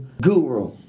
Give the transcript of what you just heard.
guru